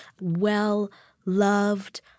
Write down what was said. Well-loved